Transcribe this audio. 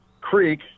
creek